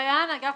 אגף